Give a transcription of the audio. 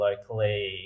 locally